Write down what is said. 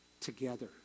together